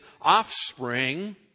offspring